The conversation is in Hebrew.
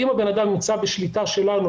אם האדם נמצא בשליטה שלנו,